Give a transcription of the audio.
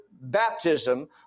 baptism